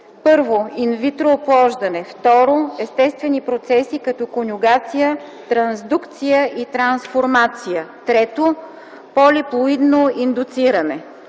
1. инвитро оплождане; 2. естествени процеси като конюгация, трансдукция и трансформация; 3. полиплоидно индуциране,